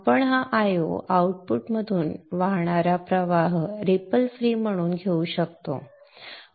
आपण हा Io आउटपुटमधून वाहणारा प्रवाह रिपल फ्री म्हणून घेऊ शकतो